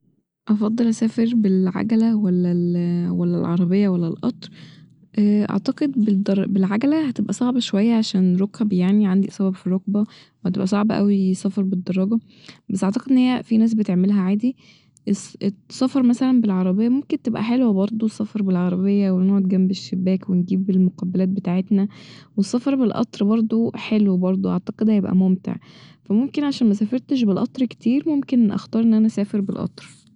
افضل اسافر بالعجلة ولا ال ولا العربية ولا القطر اعتقد بالدر- بالعجلة هتبقى صعبة شوية عشان ركبي يعني عندي اصابة ف الركبة فهتبقى صعب أوي سفر بالدراجة بس أعتقد إن هي في ناس بتعملها عادي الس- السفر مثلا بالعربية ممكن تبقى حلوة برضه السفر بالعربية ونقعد جنب الشباك ونجيب المقبلات بتاعتنا والسفر بالقطر برضو حلو برضو أعتقد هيبقى ممتع ف ممكن عشان مسافرتش بالقطر كتير ممكن اختار ان انا اسافر بالقطر